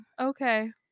okay